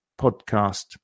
podcast